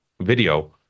video